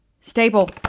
Staple